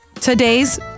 today's